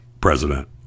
president